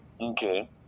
Okay